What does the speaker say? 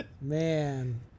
Man